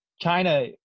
China